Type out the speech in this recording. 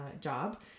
job